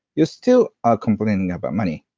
you still are complaining about money.